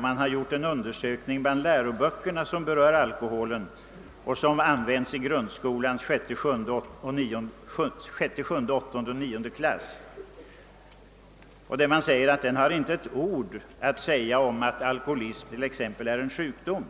Man har gjort en undersökning av de läroböcker för grundskolans sjätte, sjunde, åttonde och nionde klasser som berör alkoholen. De har inte ett ord att säga t.ex. om att alkoholism är en sjukdom.